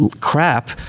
crap